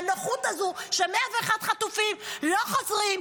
והנוחות הזו ש-101 חטופים לא חוזרים,